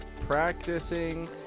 practicing